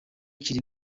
kiri